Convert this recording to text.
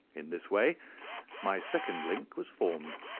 in this way my second link was formed,